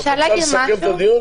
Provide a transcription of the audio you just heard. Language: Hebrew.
את רוצה לסכם את הדיון?